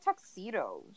tuxedos